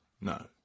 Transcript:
No